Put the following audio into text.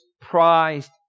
prized